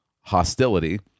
hostility